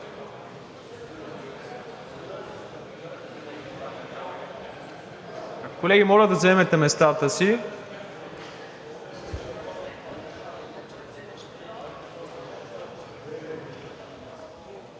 Колеги, моля да заемете местата си,